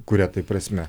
kuria tai prasme